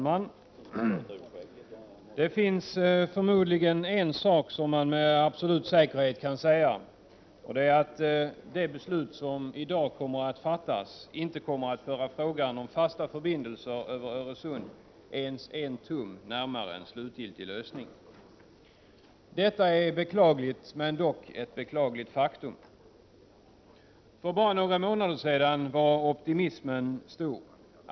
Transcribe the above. Herr talman! Det beslut som i dag förmodligen kommer att fattas kommer säkerligen inte att föra frågan om fasta förbindelser över Öresund ens en tum närmare en slutgiltig lösning. Detta är beklagligt, men dock ett faktum. För bara några månader sedan var optimismen stor.